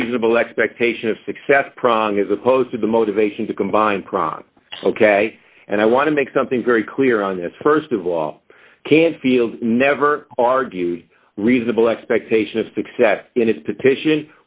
a reasonable expectation of success prong as opposed to the motivation to combine crime ok and i want to make something very clear on this st of all canfield never argued reasonable expectation of success in its petition